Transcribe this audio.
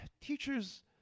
teachers